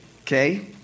Okay